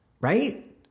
right